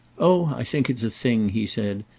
oh i think it's a thing, he said,